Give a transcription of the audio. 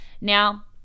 Now